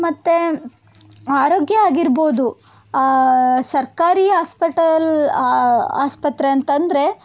ಮತ್ತು ಆರೋಗ್ಯ ಆಗಿರ್ಬೋದು ಸರ್ಕಾರಿ ಹಾಸ್ಪೆಟಲ್ ಆಸ್ಪತ್ರೆ ಅಂತಂದರೆ